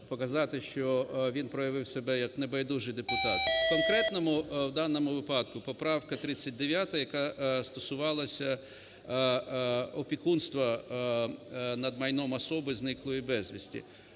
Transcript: показати, що він проявив себе як небайдужий депутат. У конкретному в даному випадку поправка 39, яка стосувалася опікунства над майном особи, зниклої безвісти,